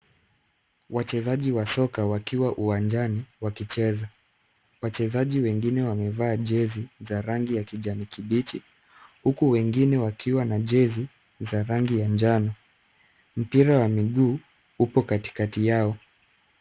Wachezaji wa soka wakiwa uwanjani wakicheza. Wachezaji wengine wamevaa jezi za rangi ya kijani kibichi, huku wengine wakiwa na jezi za rangi ya njano. Mpira wa miguu upo katikati yao.